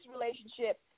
relationship